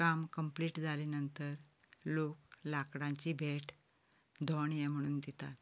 काम कम्प्लीट जाले नंतर लोक लांकडांची भेट दोण हें म्हणून दितात